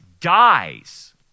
dies